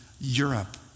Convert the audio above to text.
Europe